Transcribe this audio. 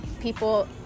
people